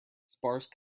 sparse